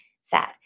sad